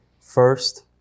first